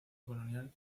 colonial